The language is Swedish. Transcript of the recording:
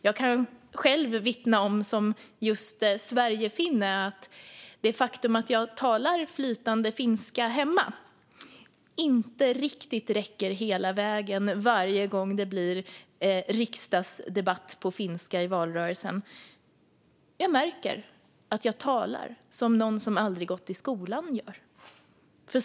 Jag kan själv som sverigefinne vittna om att det faktum att jag talar flytande finska hemma inte riktigt räcker hela vägen varje gång det blir riksdagsdebatt på finska i valrörelsen. Jag märker att jag talar som någon som aldrig har gått i skolan.